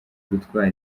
gutwara